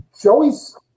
Joey's